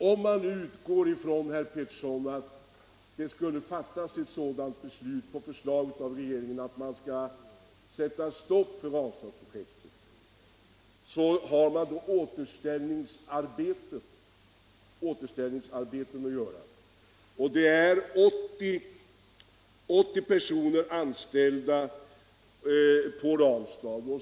Om man, herr Petersson, skulle utgå från att det på förslag av regeringen skulle fattas beslut om att sätta stopp för Ranstadsprojektet, finns det återställningsarbeten att göra. 80 personer är anställda i Ranstad.